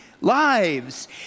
lives